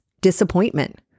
disappointment